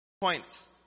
points